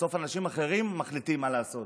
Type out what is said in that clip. בסוף אנשים אחרים מחליטים מה לעשות.